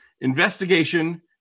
investigation